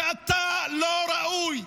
כי אתה לא ראוי,